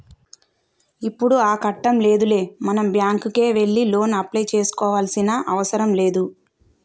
ఇప్పుడు ఆ కట్టం లేదులే మనం బ్యాంకుకే వెళ్లి లోను అప్లై చేసుకోవాల్సిన అవసరం లేదు